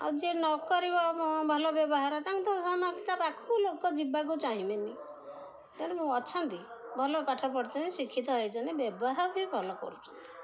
ଆଉ ଯିଏ ନ କରିବ ଭଲ ବ୍ୟବହାର ତାଙ୍କୁ ତ ସମସ୍ତେ ତା ପାଖକୁ ଲୋକ ଯିବାକୁ ଚାହିଁବେନି ତେଣୁ ଅଛନ୍ତି ଭଲ ପାଠ ପଢ଼ୁଛନ୍ତି ଶିକ୍ଷିତ ହୋଇଛନ୍ତି ବ୍ୟବହାର ବି ଭଲ କରୁଛନ୍ତି